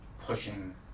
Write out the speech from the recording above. pushing